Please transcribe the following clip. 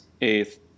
eighth